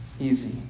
easy